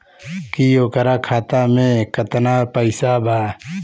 की ओकरा खाता मे कितना पैसा बा?